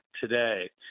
today